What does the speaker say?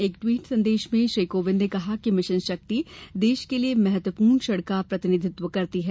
एक ट्वीट संदेश में श्री कोविंद ने कहा कि मिशन शक्ति देश को लिये महत्वपूर्ण क्षण का प्रतिनिधित्व करती है